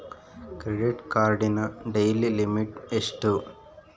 Credit ಕಾರ್ಡಿನ daily limit ಎಷ್ಟು?